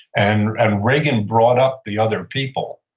and and reagan brought up the other people,